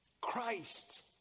Christ